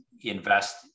invest